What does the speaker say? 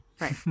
right